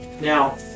Now